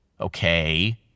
Okay